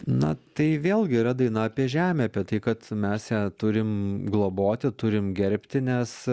na tai vėlgi yra daina apie žemę apie tai kad mes ją turim globoti turim gerbti nes